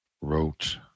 Wrote